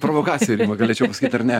provokacija galėčiau pasakyt ar ne